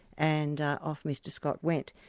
and off mr scott went.